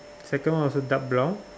second one also dark brown